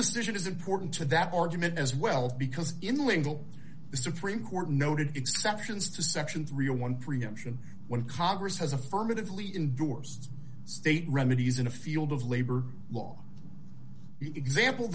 decision is important to that argument as well because in lingle the supreme court noted exceptions to section three or one preemption when congress has affirmatively indorse state remedies in a field of labor law example